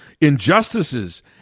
injustices